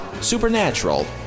supernatural